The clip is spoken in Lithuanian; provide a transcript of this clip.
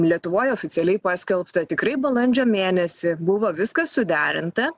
lietuvoj oficialiai paskelbta tikrai balandžio mėnesį buvo viskas suderinta